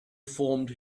formed